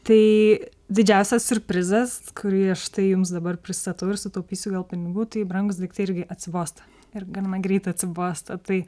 tai didžiausias siurprizas kurį štai jums dabar pristatau ir sutaupysiu gal pinigų tai brangūs daiktai irgi atsibosta ir gana greitai atsibosta tai